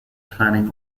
planning